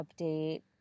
update